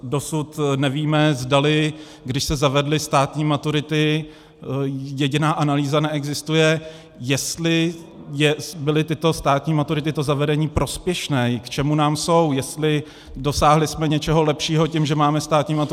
Dosud nevíme, zdali když se zavedly státní maturity, jediná analýza neexistuje, jestli byly tyto státní maturity, to zavedení, prospěšné, k čemu nám jsou, jestli jsme dosáhli něčeho lepšího tím, že máme státní maturity.